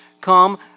come